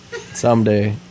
Someday